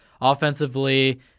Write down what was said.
Offensively